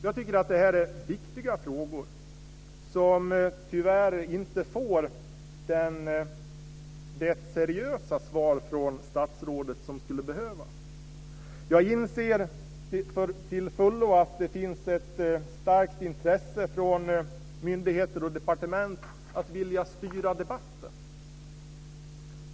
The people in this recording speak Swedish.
Jag tycker att det är viktiga frågor som tyvärr inte får det seriösa svar från statsrådet som skulle behövas. Jag inser till fullo att det finns ett starkt intresse från myndigheter och departement att vilja styra debatten.